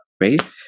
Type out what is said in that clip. Right